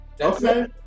Okay